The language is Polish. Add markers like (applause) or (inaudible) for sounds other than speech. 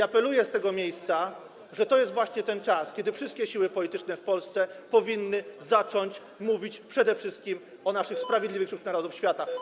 Apeluję z tego miejsca: to jest właśnie ten czas, kiedy wszystkie siły polityczne w Polsce powinny zacząć mówić przede wszystkim o naszych (noise) Sprawiedliwych wśród Narodów Świata.